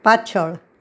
પાછળ